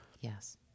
yes